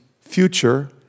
future